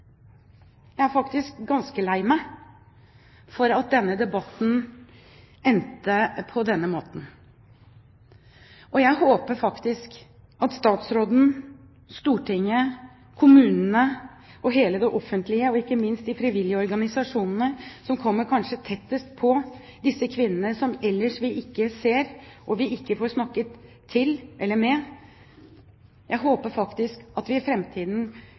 er faktisk ganske lei meg for at denne debatten endte på denne måten. Jeg håper at statsråden, Stortinget, kommunene og det offentlige, og ikke minst de frivillige organisasjonene som kanskje kommer tettest på de kvinnene som vi ellers ikke ser og får snakket til eller med, i framtiden kan jobbe for at disse kan få det bedre, at de skal bli synlige, og at vi